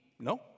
No